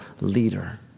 leader